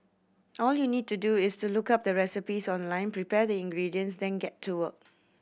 all you need to do is to look up the recipes online prepare the ingredients then get to work